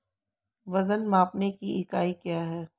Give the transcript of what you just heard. वजन मापने की इकाई क्या है?